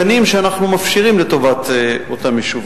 כך שאני לא צריך שום סיפור של אף אחד ומה דעתו בעניין.